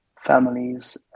families